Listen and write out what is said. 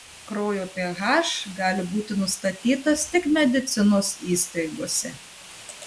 kraujo ph gali būti nustatytas tik medicinos įstaigose